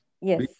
yes